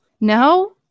no